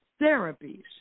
therapies